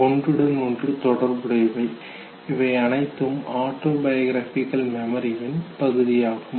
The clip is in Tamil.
ஒன்றுடன் ஒன்று தொடர்புடையவை இவை அனைத்தும் ஆட்டோபியோகிரபிகல் மெமரியின் பகுதியாகும்